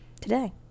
today